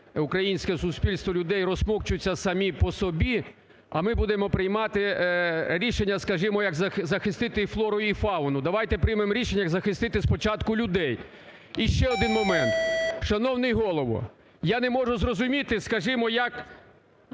українське суспільство, людей, розсмокчуться самі по собі, а ми будемо приймати рішення, скажімо, як захистити флору і фауну. Давайте приймемо рішення як захистити спочатку людей. І ще один момент. Шановний Голово, я не можу зрозуміти, скажімо, як